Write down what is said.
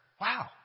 Wow